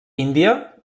índia